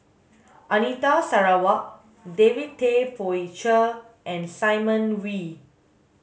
Anita Sarawak David Tay Poey Cher and Simon Wee